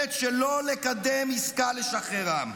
הנואלת שלא לקדם עסקה לשחררם.